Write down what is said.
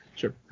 Sure